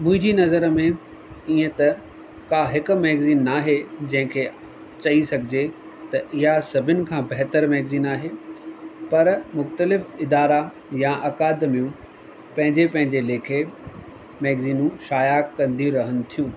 मुंहिंजी नज़र में ईअं त का हिकु मैगज़ीन न आहे जंहिंखे चई सघिजे त इहा सभिनि खां बेहतर मैगज़ीन आहे पर मुक्तलिब ईदारा या अकादमियूं पंहिंजे पंहिंजे लेखे मैगज़ीनूं शायाद कंदी रहनि थियूं